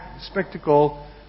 spectacle